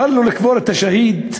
והתחלנו לקבור את השהיד,